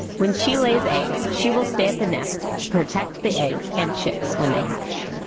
when she lays eggs, she will stay at the nest to protect the eggs and chicks when they hatch.